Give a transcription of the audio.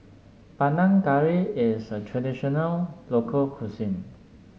Panang Curry is a traditional local cuisine